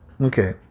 Okay